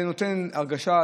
זה נותן הרגשה,